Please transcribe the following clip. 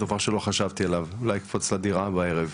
כמובן מה שעמוס נוגע פה הוא משהו שהוא בעייתי יותר.